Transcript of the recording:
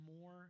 more